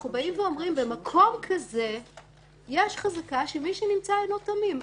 אנחנו אומרים שבמקום כזה יש חזקה שמי שנמצא אינו תמים.